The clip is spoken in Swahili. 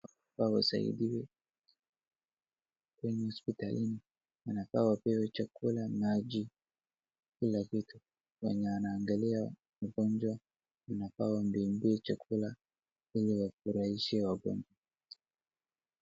Inafaa wasaidiwe kwenye hospitalini, inafaa wapewe chakula, maji kila kitu, mwenye anaangalia mgonjwa inafaa wambebee chakula ili wafurahishe wagonjwa.